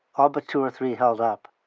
all but two or three held up.